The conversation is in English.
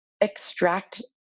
extract